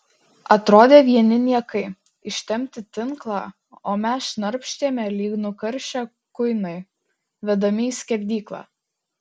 atrodė vieni niekai ištempti tinklą o mes šnarpštėme lyg nukaršę kuinai vedami į skerdyklą